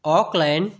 Auckland